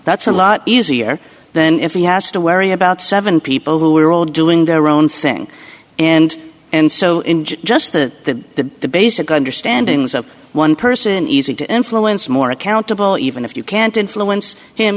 that's a lot easier than if he has to worry about seven people who are all doing their own thing and and so in just the basic understandings of one person easy to influence more accountable even if you can't influence him